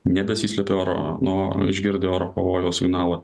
nebesislepia oro nuo išgirdę oro pavojaus signalą